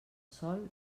sol